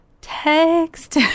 text